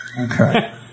Okay